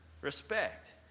Respect